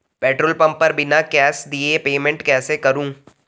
Petrol pump पर बिना cash दिए पेमेंट कैसे करूँ?